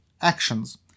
actions